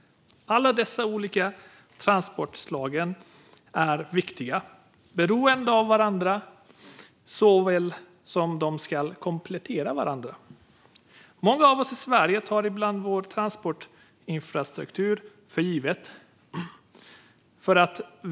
Alla dessa olika transportslag är viktiga. De är beroende av varandra, och de ska komplettera varandra. Många av oss i Sverige tar ibland vår transportinfrastruktur för given.